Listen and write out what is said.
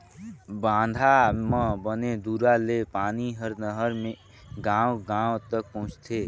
बांधा म बने दूरा ले पानी हर नहर मे गांव गांव तक पहुंचथे